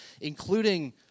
including